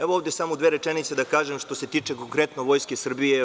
Samo dve rečenice da kažem što se tiče konkretno Vojske Srbije.